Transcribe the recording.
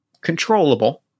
controllable